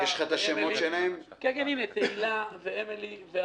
תהילה ואמילי,